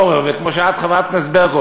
חבר הכנסת פורר,